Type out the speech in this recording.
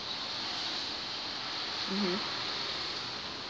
mmhmm